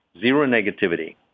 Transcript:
zero-negativity